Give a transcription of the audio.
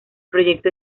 proyecto